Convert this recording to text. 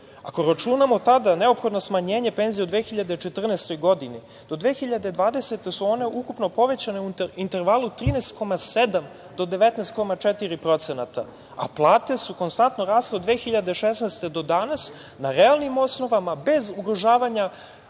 Ako računamo tada neophodno smanjenje penzija u 2014. godini, do 2020. godine su one ukupno povećane u intervalu 13,7 do 19,4%, a plate su konstantno rasle od 2016. do danas, na realnim osnovama, bez ugrožavanja